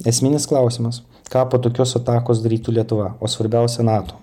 esminis klausimas ką po tokios atakos darytų lietuva o svarbiausia nato